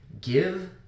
Give